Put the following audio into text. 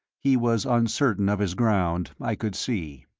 he was uncertain of his ground, i could see.